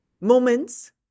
moments